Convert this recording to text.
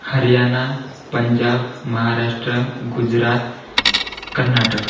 Haryana Punjab Maharashtra Gujarat Karnataka